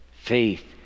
Faith